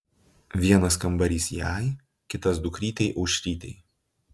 vienas kambarys jai kitas dukrytei aušrytei